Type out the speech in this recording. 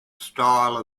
style